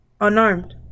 Unarmed